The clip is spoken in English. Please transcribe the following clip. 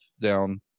down